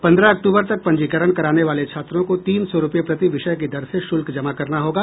पंद्रह अक्टूबर तक पंजीकरण कराने वाले छात्रों को तीन सौ रुपये प्रति विषय की दर से शुल्क जमा करना होगा